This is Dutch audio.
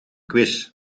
quiz